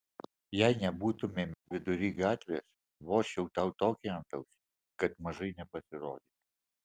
jei nebūtumėme vidury gatvės vožčiau tau tokį antausį kad mažai nepasirodytų